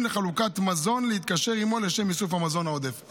לחלוקת מזון להתקשר עימו לשם איסוף המזון העודף.